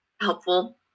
helpful